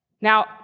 Now